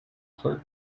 clerk